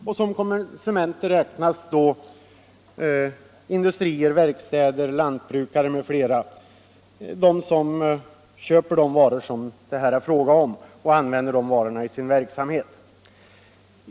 Som konsumenter räknas då industrier, verkstäder, lantbrukare m.fl., alltså de som köper de varor som det här är fråga om och använder de varorna i sin verksamhet.